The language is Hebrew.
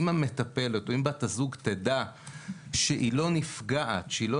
אם המטפלת או אם בת הזוג תדע שהיא לא נפגעת ושהיא לא